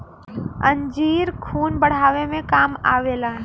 अंजीर खून बढ़ावे मे काम आवेला